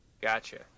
Gotcha